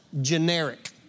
generic